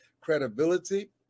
credibility